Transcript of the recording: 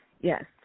Yes